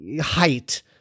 height